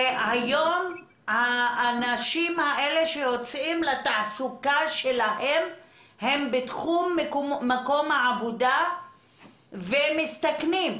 והיום האנשים האלה יוצאים לתעסוקה שלהם בתחום מקום העבודה ומסתכנים,